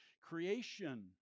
Creation